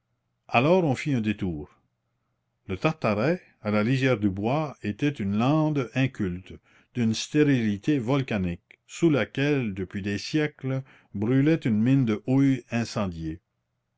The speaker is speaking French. alors on fit un détour le tartaret à la lisière du bois était une lande inculte d'une stérilité volcanique sous laquelle depuis des siècles brûlait une mine de houille incendiée